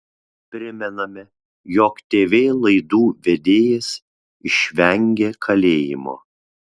primename jog tv laidų vedėjas išvengė kalėjimo